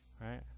right